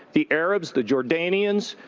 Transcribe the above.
the arabs, the jordanians,